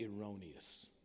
erroneous